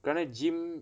kerana gym